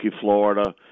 Florida